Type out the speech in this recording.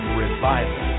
revival